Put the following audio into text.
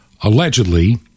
allegedly